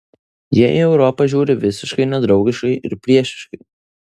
jie į europą žiūri visiškai nedraugiškai ir priešiškai